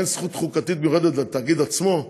אין זכות חוקתית מיוחדת לתאגיד עצמו.